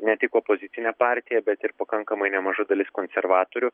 ne tik opozicinė partija bet ir pakankamai nemaža dalis konservatorių